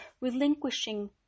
relinquishing